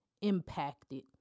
impacted